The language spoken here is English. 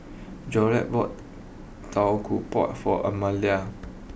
Jolette bought Tau Kwa Pau for Almedia